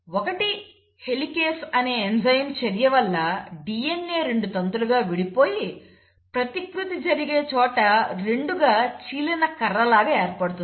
ఒకటి హెలికేస్ అనే ఎంజైమ్ చర్య వల్ల DNA రెండు తంతులు విడిపోయి ప్రతికృతి జరిగేచోట రెండుగా చీలిన కర్ర లాగ ఏర్పడుతుంది